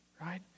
right